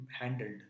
handled